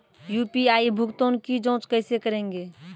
UPI भुगतान की जाँच कैसे करेंगे?